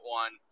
one